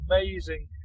amazing